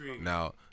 now